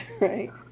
right